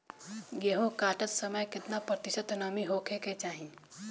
गेहूँ काटत समय केतना प्रतिशत नमी होखे के चाहीं?